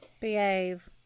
Behave